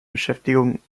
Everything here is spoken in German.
beschäftigung